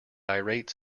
irate